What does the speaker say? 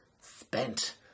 spent